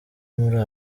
muribo